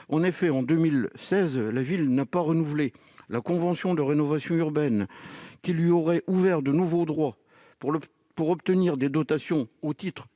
En effet, en 2016, la ville n'a pas renouvelé la convention de rénovation urbaine qui lui aurait ouvert de nouveaux droits pour obtenir des dotations au titre